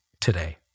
today